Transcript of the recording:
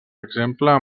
exemple